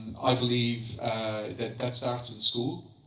i believe that that starts in school,